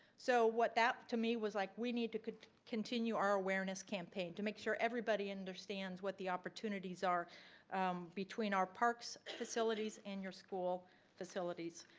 so what that to me was like we need to continue our awareness campaign to make sure everybody understands what the opportunities are between our parks facilities and your school facilities.